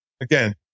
Again